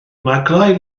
maglau